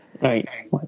Right